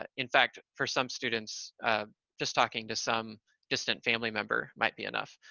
ah in fact, for some students just talking to some distant family member might be enough,